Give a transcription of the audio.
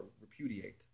repudiate